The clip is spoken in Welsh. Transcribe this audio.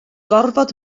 gorfod